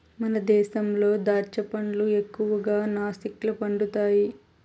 మన దేశంలో దాచ్చా పండ్లు ఎక్కువగా నాసిక్ల పండుతండాయి